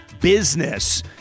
business